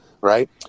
right